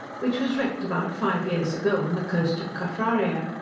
which was wrecked about five years ago on the coast of caffraria.